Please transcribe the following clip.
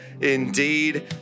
indeed